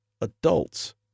adults